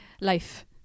Life